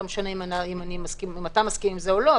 לא משנה אם אתה מסכים עם זה או לא,